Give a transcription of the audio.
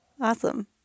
Awesome